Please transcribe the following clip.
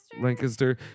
Lancaster